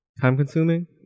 Time-consuming